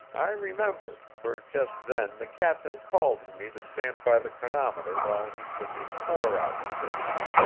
i remember, for just then the captain called to me to stand by the chronometer while he took his fore observation.